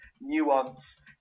Nuance